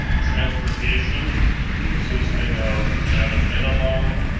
transportation consisting of at a minimum,